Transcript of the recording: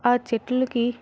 ఆ చెట్లుకి